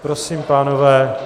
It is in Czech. Prosím, pánové.